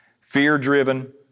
Fear-driven